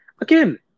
Again